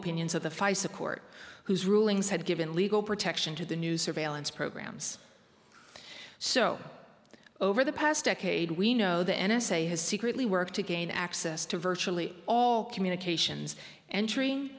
opinions of the fisa court whose rulings had given legal protection to the new surveillance programs so over the past decade we know the n s a has secretly worked to gain access to virtually all communications entering